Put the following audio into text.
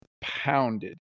pounded